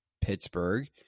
Pittsburgh